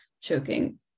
choking